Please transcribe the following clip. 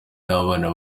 n’abana